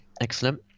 excellent